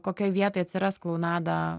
kokioj vietoj atsiras klounadą